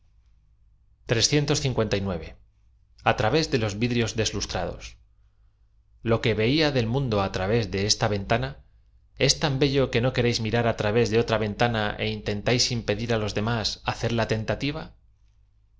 de los vidrios deslustrados l o que veis del mundo á través de eata ventana es tan bello que no queréis m irar á través de otra ven taaa é intentáis im pedir á loa demás hacer la ten